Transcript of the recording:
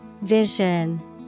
Vision